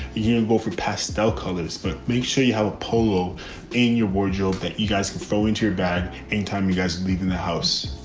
you can go for pastel colors. but make sure you have a polo in your wardrobe that you guys can throw into your bag anytime you guys live in the house.